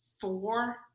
four